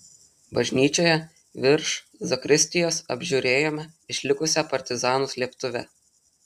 bažnyčioje virš zakristijos apžiūrėjome išlikusią partizanų slėptuvę